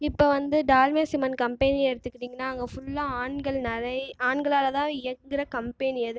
இப்போ வந்து Dalmia cement company எடுத்துக்கிட்டிங்கன்னால் அங்கே ஃபுல்லாக ஆண்கள் நிறைய ஆண்களால் தான் இயங்குகிற கம்பெனி அது